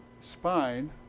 spine